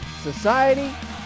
society